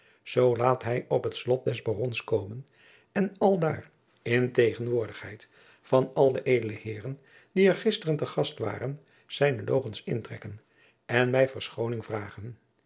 zoo laat hij op het slot des barons komen en aldaar in tegenwoordigheid van al de edele heeren die er gisteren te gast waren zijne logens intrekken en mij verschoning vragen